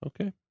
Okay